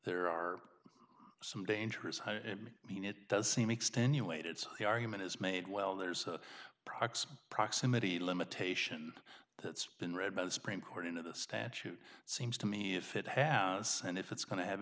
there are some dangers i mean it does seem extenuated so the argument is made well there's a proxy proximity limitation that's been read by the supreme court into the statute seems to me if it has and if it's going to have